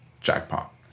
jackpot